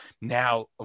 now